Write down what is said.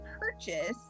purchase